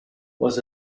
was